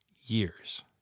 years